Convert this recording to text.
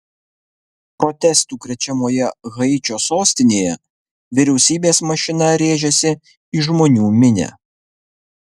protestų krečiamoje haičio sostinėje vyriausybės mašina rėžėsi į žmonių minią